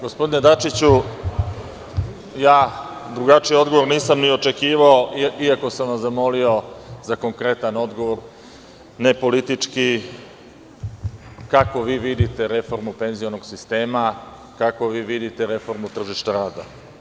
Gospodine Dačiću, drugačiji odgovor nisam ni očekivao, iako sam vas zamolio za konkretan odgovor, ne politički, kako vi vidite reformu penzionog sistema, reformu tržišta rada.